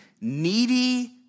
needy